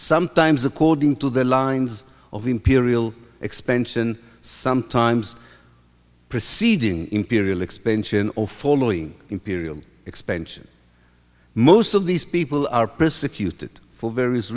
sometimes according to the lines of imperial expansion sometimes preceding imperial expansion or following imperial expansion most of these people are persecuted for various